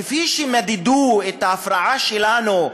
כפי שמדדו את ההפרעה שלנו,